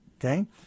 okay